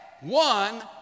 one